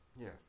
Yes